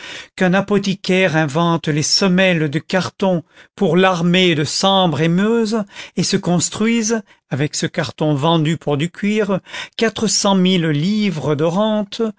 qu'un apothicaire invente les semelles de carton pour l'armée de sambre et meuse et se construise avec ce carton vendu pour du cuir quatre cent mille livres de rente